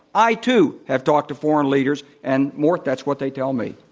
i, too, have talked to foreign leaders, and mort, that's what they tell me.